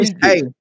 hey